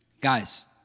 Guys